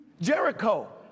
Jericho